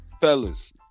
fellas